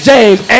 James